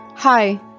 hi